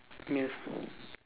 yes